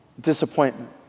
disappointment